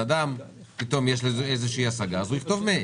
לאדם יש איזו השגה, אז הוא יכתוב מייל,